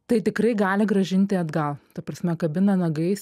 tai tikrai gali grąžinti atgal ta prasme kabina nagais